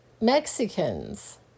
Mexicans